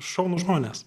šaunūs žmonės